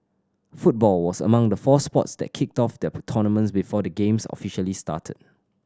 football was among the four sports that kicked off their tournaments before the Games officially started